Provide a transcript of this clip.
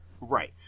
Right